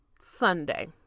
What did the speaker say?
Sunday